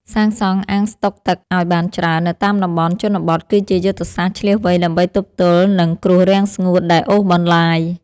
សាងសង់អាងស្តុកទឹកឱ្យបានច្រើននៅតាមតំបន់ជនបទគឺជាយុទ្ធសាស្ត្រឈ្លាសវៃដើម្បីទប់ទល់នឹងគ្រោះរាំងស្ងួតដែលអូសបន្លាយ។